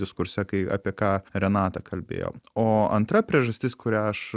diskurse kai apie ką renata kalbėjo o antra priežastis kurią aš